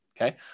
okay